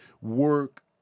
Work